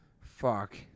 Fuck